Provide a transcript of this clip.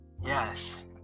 Yes